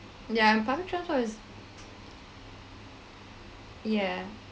ya public transport is yeah